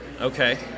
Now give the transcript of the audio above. Okay